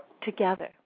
together